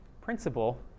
principle